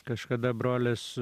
kažkada brolis